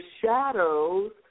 shadows